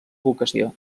vocació